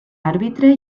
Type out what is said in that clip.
àrbitre